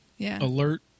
alert